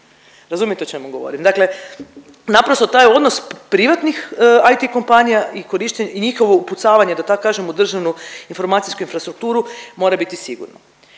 Razumije o čemu govorim, dakle naprosto taj odnos privatnih IT kompanija i korišt… i njihovo upucavanje da tak kažem u državnu informacijsku infrastrukturu mora biti sigurno.